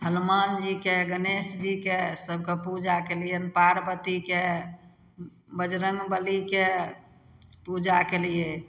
हनुमान जीके गणेश जीके सबके पूजा कयलियनि पार्वतीके बजरङ्ग बलीके पूजा कयलियै